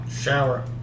Shower